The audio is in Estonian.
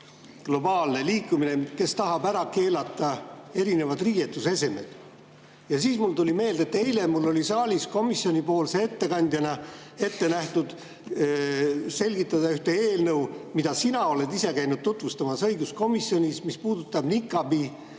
globaalne liikumine, kes tahab ära keelata erinevad riietusesemed. Siis mulle tuli meelde, et eile oli mul saalis komisjoni ettekandjana ette nähtud selgitada ühte eelnõu, mida sina oled ise käinud tutvustamas õiguskomisjonis ning mis puudutab nikaabi